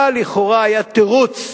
אבל לכאורה היה תירוץ